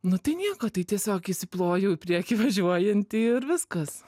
nu tai nieko tai tiesiog įsiplojau į prieky važiuojantį ir viskas